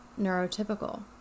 neurotypical